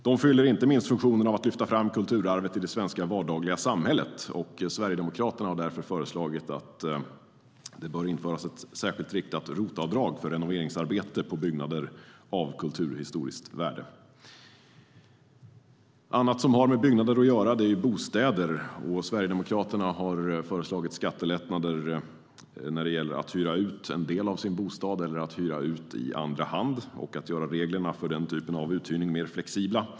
De fyller inte minst funktionen att lyfta fram kulturarvet i vardagen i det svenska samhället. Sverigedemokraterna har därför föreslagit att det bör införas ett särskilt riktat ROT-avdrag för renoveringsarbete på byggnader av kulturhistoriskt värde. Något annat som har med byggnader att göra är bostäder. Sverigedemokraterna har föreslagit skattelättnader när det gäller att hyra ut en del av bostaden eller att hyra ut i andra hand och att man ska göra reglerna för denna typ av uthyrning mer flexibla.